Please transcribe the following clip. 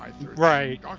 Right